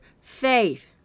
faith